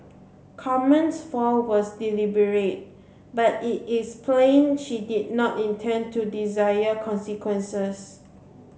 Carmen's fall was deliberate but it is plain she did not intend to dire consequences